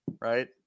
right